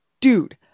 Dude